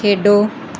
ਖੇਡੋ